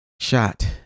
shot